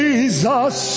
Jesus